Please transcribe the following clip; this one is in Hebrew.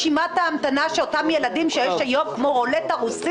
כתבה אחרונה מיולי: "הגירעון ממשיך לטפס,